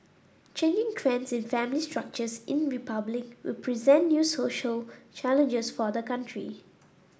changing trends in family structures in Republic will present new social challenges for the country